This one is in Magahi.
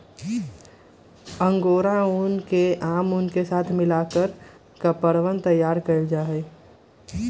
अंगोरा ऊन के आम ऊन के साथ मिलकर कपड़वन तैयार कइल जाहई